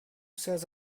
says